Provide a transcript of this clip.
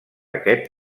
aquest